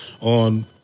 on